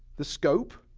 the scope,